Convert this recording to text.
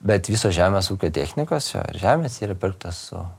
bet visos žemės ūkio technikos čia ar žemės yra pirktos su